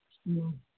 ꯎꯝ